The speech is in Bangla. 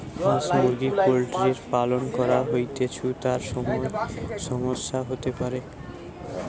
হাঁস মুরগি পোল্ট্রির পালন করা হৈতেছু, তার সময় সমস্যা হতে পারে